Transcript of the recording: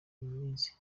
minsi